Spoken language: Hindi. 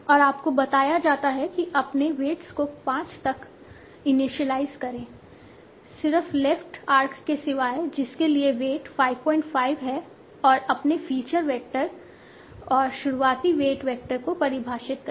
और आपको बताया जाता है कि अपने वेट्स को 5 तक इनिशियलाइज़ करें सिर्फ लेफ्ट आर्क के सिवाय जिस के लिए वेट 55 हैं और अपने फ़ीचर वेक्टर और शुरुआती वेट वेक्टर को परिभाषित करें